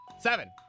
Seven